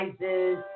sizes